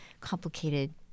complicated